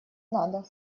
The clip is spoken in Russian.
надо